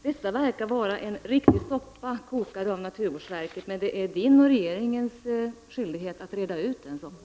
Detta verkar vara en riktig soppa, kokad av naturvårdsverket, men det är miljöministerns och regeringens skyldighet att reda ut detta.